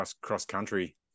cross-country